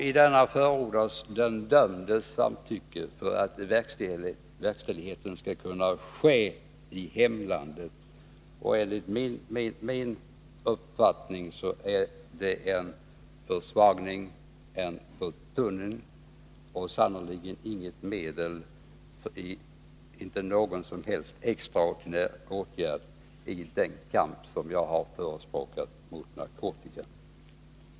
I denna förordas den dömdes samtycke för att verkställigheten skall kunna ske i hemlandet. Enligt min uppfattning är det en försvagning, en uttunning, och sannerligen inte något som helst medel för de extraordinära åtgärder jag förespråkar i kampen mot narkotikan.